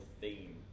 theme